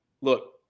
look